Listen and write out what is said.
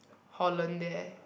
Holland there